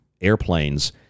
airplanes